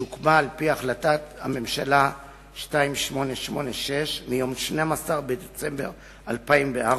שהוקמה על-פי החלטת הממשלה 2886 מיום 12 בדצמבר 2004,